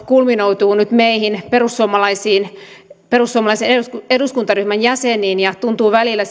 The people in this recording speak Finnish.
kulminoituu nyt meihin perussuomalaisiin perussuomalaisen eduskuntaryhmän jäseniin tuntuu välillä